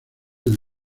del